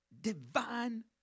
divine